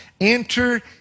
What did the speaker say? Enter